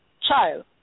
child